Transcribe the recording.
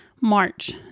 March